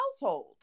household